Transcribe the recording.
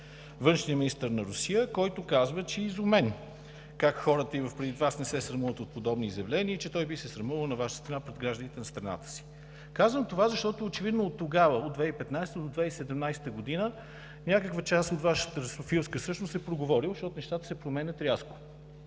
външния министър на Русия, който казва, че е изумен как хората, има предвид Вас, не се срамуват от подобни изявления и че той би се срамувал на Ваша страна, пред гражданите на страната си. Казвам това, защото очевидно от тогава – от 2015-а до 2017 г. някаква част от Вашата русофилска същност е проговорила, защото нещата се променят рязко.